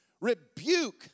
rebuke